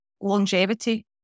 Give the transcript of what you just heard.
longevity